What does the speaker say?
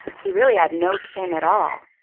he really had no chin at all.